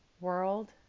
world